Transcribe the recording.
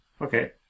okay